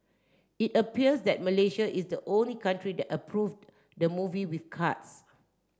it appears that Malaysia is the only country that approved the movie with cuts